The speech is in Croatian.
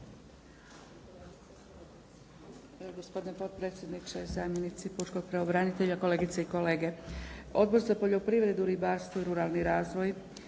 Hvala vam